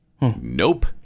Nope